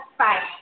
five